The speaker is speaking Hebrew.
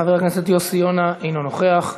חבר הכנסת יוסי יונה, אינו נוכח.